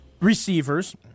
receivers